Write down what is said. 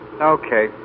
Okay